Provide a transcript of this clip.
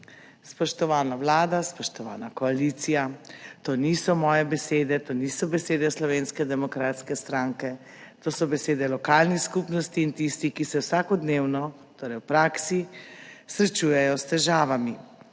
Spoštovana vlada, spoštovana koalicija, to niso moje besede, to niso besede Slovenske demokratske stranke, to so besede lokalnih skupnosti in tistih, ki se vsakodnevno v praksi srečujejo s težavami.